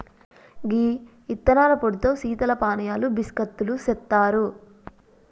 గీ యిత్తనాల పొడితో శీతల పానీయాలు బిస్కత్తులు సెత్తారు